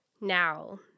Now